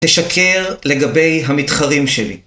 תשקר לגבי המתחרים שלי